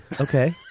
Okay